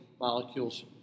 molecules